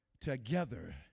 together